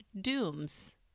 Dooms